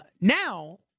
Now